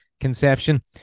conception